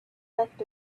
left